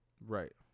Right